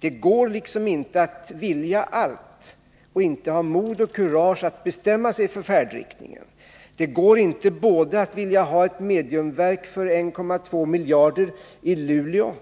Det går liksom inte att vilja allt, att inte ha mod och kurage att bestämma sig för färdriktningen. Det går inte att vilja ha både ett mediumverk för 1,2 miljarder i Luleå